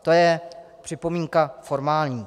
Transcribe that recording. To je připomínka formální.